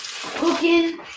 cooking